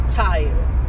tired